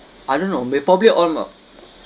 I don't know may probably on not